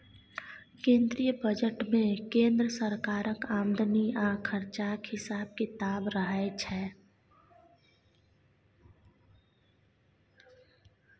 केंद्रीय बजट मे केंद्र सरकारक आमदनी आ खरचाक हिसाब किताब रहय छै